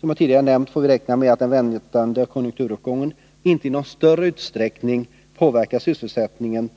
Som jag tidigare nämnt får vi räkna med att den väntade konjunkturuppgången inte i någon större utstäckning påverkar sysselsättningen